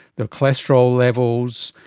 their cholesterol levels,